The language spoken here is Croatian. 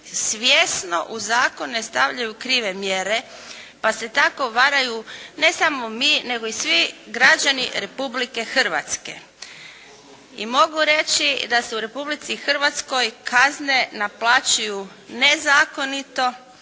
svjesno u zakone stavljaju krive mjere pa se tako varaju ne samo mi, nego i svi građani Republike Hrvatske. I mogu reći da se u Republici Hrvatskoj kazne naplaćuju nezakonito,